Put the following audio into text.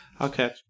Okay